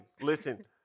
listen